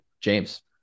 James